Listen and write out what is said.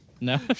no